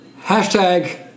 hashtag